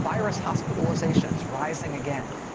virus hospitalizations rising again.